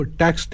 tax